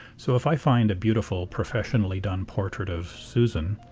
so if i find a beautiful professionally done portrait of susan,